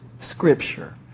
scripture